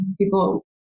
people